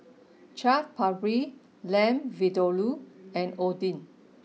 Chaat Papri Lamb Vindaloo and Oden